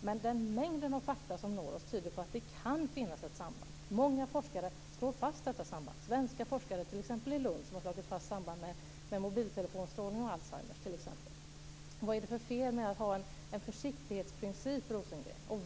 Men en mängd fakta som når oss tyder på att det kan finnas ett samband. Många forskare slår fast detta samband. Det finns svenska forskare, t.ex. i Lund, som har slagit fast samband mellan mobiltelefonstrålning och Alzheimers. Vad är det för fel med att ha en försiktighetsprincip, Rosengren?